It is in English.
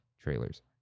trailers